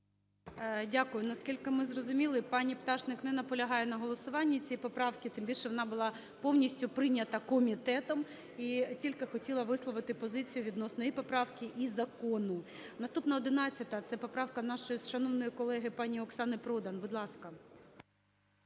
Дякую. Наскільки ми зрозуміли, пані Пташник не наполягає на голосуванні цієї поправки. Тим більше, вона була повністю прийнята комітетом, і тільки хотіла висловити позицію відносно і поправки, і закону. Наступна 11-а. Це поправка нашої шановної колеги пані Оксани Продан, будь ласка.